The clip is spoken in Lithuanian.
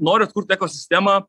noriu atkurt ekosistemą